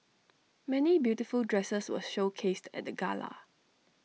many beautiful dresses were showcased at the gala